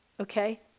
Okay